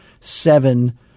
seven